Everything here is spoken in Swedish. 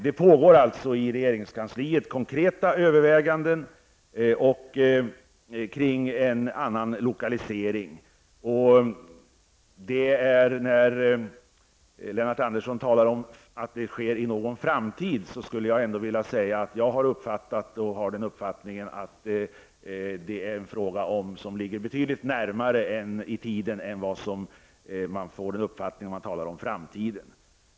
Det pågår alltså i regeringskansliet konkreta överväganden kring en annan lokalisering. Lennart Andersson talade om att det skulle ske i någon framtid. Jag har den uppfattningen att det är en sak som ligger betydligt närmare i tiden än vad man får ett intryck av när Lennart Andersson talar om framtiden.